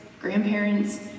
grandparents